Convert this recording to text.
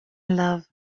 love